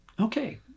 okay